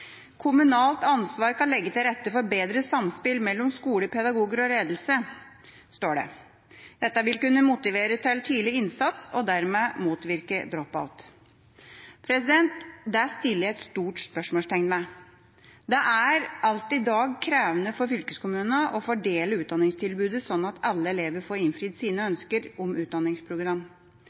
kommunalt ansvar kan legge til rette for et bedre samspill mellom skoler, pedagoger og ledere», står det. Dette «vil kunne motivere til tidlig innsats» og dermed motvirke drop-out. Det setter jeg et stort spørsmålstegn ved. Det er alt i dag krevende for fylkeskommunene å fordele utdanningstilbudet slik at alle elevene får innfridd sine